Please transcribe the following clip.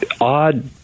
odd